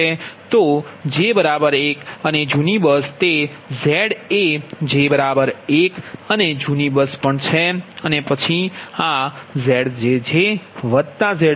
તો j 1 અને જૂની બસ તે Z એ j 1 અને જૂની બસ પણ છે અને પછી આZjjZbછે